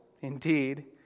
indeed